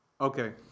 okay